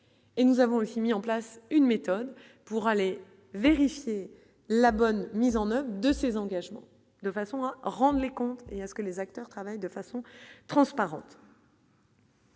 nous avons aussi mis en place une méthode pour aller vérifier la bonne mise en oeuvre de ses engagements, de façon à rendre les comptes et à ce que les acteurs travaillent de façon transparente.